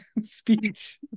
speech